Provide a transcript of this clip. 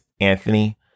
anthony